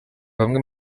bamwe